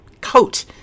coat